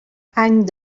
any